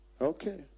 Okay